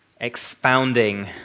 expounding